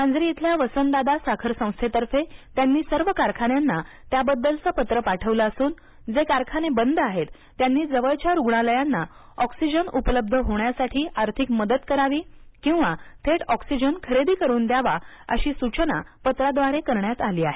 मांजरी इथल्या वसंतदादा साखर संस्थेतर्फे त्यांनी सर्व कारखान्यांना त्याबद्दलचं पत्र पाठवलं असून जे कारखाने बंद आहेत त्यांनी जवळच्या रुग्णालयांना ऑक्सिजन उपलब्ध होण्यासाठी आर्थिक मदत करावी किंवा थेट ऑक्सिजन खरेदी करून द्यावा अशी सूचना पत्राद्वारे करण्यात आली आहे